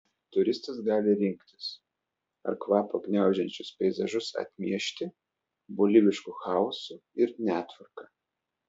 turistas gali rinktis ar kvapą gniaužiančius peizažus atmiešti bolivišku chaosu ir netvarka